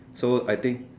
so I think